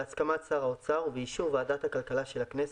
בהסכמת שר האוצר ובאישור ועדת הכלכלה של הכנסת,